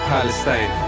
Palestine